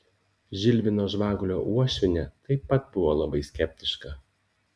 žilvino žvagulio uošvienė taip pat buvo labai skeptiška